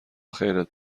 خیرت